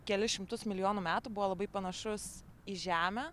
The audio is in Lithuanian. kelis šimtus milijonų metų buvo labai panašus į žemę